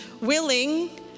willing